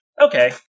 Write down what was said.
Okay